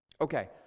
Okay